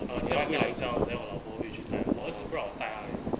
uh 自然找一下 orh then 我老婆会去带我儿子不让我带他 leh